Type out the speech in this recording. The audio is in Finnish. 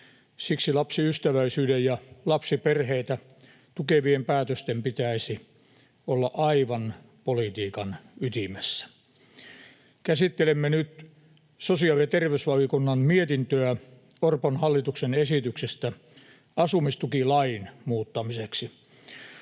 siksi lapsiystävällisyyden ja lapsiperheitä tukevien päätösten pitäisi olla aivan politiikan ytimessä. Käsittelemme nyt sosiaali- ja terveysvaliokunnan mietintöä Orpon hallituksen esityksestä asumistukilain muuttamiseksi.